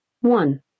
one